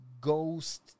ghost